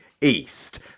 east